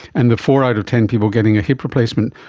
and the four out of ten people getting a hip replacement,